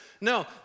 No